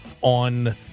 on